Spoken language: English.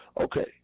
Okay